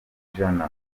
ijana